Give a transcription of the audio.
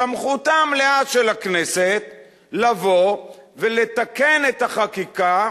סמכותה המלאה של הכנסת לבוא ולתקן את החקיקה,